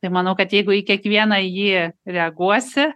tai manau kad jeigu į kiekvieną į jį reaguosi